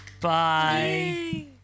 Bye